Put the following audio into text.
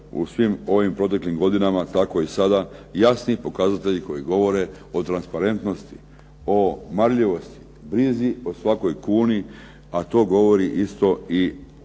u svim ovim proteklim godinama tako i sada jasni pokazatelji koji govore o transparentnosti, o marljivosti, brizi, o svakoj kuni, a to govori isto i